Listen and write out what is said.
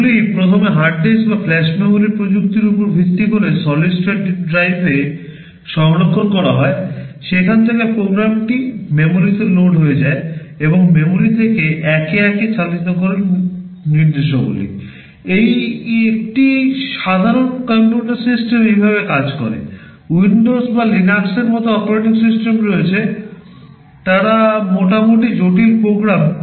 এগুলি প্রথমে hard disk বা ফ্ল্যাশ memory প্রযুক্তির উপর ভিত্তি করে সলিড স্টেট ড্রাইভে মতো অপারেটিং সিস্টেম রয়েছে তারা মোটামুটি জটিল প্রোগ্রাম